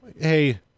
Hey